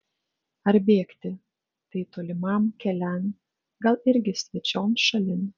ar bėgti tai toliman kelian gal irgi svečion šalin